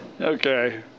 okay